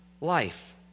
life